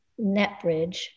NetBridge